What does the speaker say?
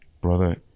brother